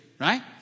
Right